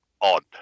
odd